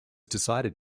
decided